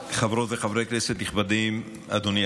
חברות וחברי כנסת נכבדים, אדוני